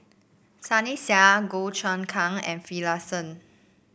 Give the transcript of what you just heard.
Sunny Sia Goh Choon Kang and Finlayson